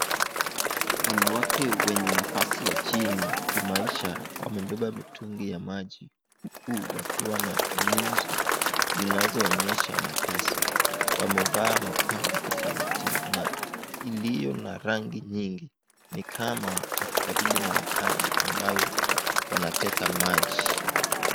Wanawake wenye nafasi ya chini kimaisha, wamebeba mitungi ya maji, huku wakiwa na nyuso zinazoonyesha mateso. Wamevaa mapambo tofauti na iliyo na rangi nyingi. Ni kama wako karibu na mahali ambayo wanateka maji.